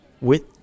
With-